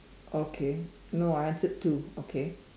okay no I answered two okay